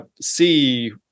see